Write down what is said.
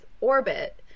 Orbit